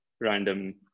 Random